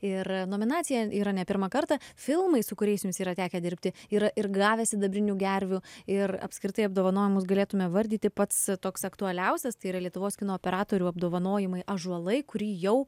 ir nominacija yra ne pirmą kartą filmai su kuriais jums yra tekę dirbti yra ir gavę sidabrinių gervių ir apskritai apdovanojimus galėtume vardyti pats toks aktualiausias tai yra lietuvos kino operatorių apdovanojimai ąžuolai kurį jau